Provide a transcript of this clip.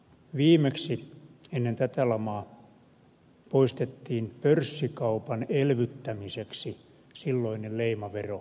viimeksi ennen tätä lamaa poistettiin pörssikaupan elvyttämiseksi silloinen leimavero joka oli ed